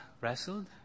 wrestled